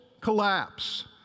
collapse